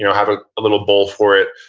you know have ah a little bowl for it.